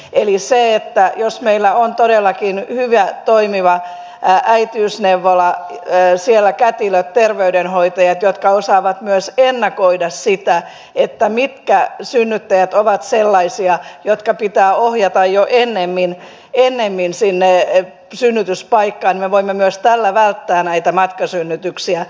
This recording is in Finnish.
eli jos meillä on todellakin hyvä toimiva äitiysneuvola jossa kätilöt ja terveydenhoitajat osaavat myös ennakoida sitä mitkä synnyttäjät ovat sellaisia jotka pitää ohjata jo ennemmin sinne synnytyspaikkaan niin me voimme myös tällä välttää näitä matkasynnytyksiä